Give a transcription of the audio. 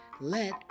Let